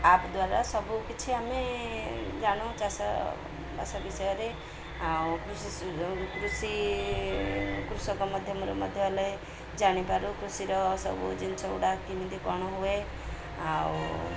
app ଦ୍ୱାରା ସବୁକିଛି ଆମେ ଜାଣୁ ଚାଷବାସ ବିଷୟରେ ଆଉ କୃଷି କୃଷି କୃଷକ ମଧ୍ୟମରେ ମଧ୍ୟ ହେଲେ ଜାଣିପାରୁ କୃଷିର ସବୁ ଜିନିଷ ଗୁଡ଼ାକ କେମିତି କ'ଣ ହୁଏ ଆଉ